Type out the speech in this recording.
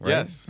Yes